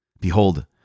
Behold